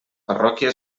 parròquia